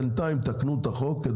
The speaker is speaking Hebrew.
בינתיים תקנו את החוק.